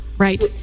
Right